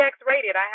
X-rated